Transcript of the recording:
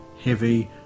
heavy